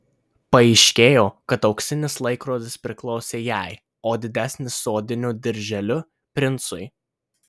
paaiškėjo kad auksinis laikrodis priklausė jai o didesnis su odiniu dirželiu princui